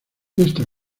esta